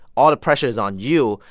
all the pressure is on you.